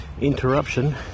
interruption